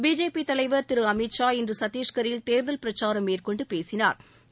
BJP தலைவா் திரு அமித்ஷா இன்று சத்திஷ்கரில் தேர்தல் பிரச்சாரம் மேற்கொண்டு பேசினா்